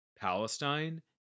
Palestine